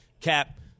Cap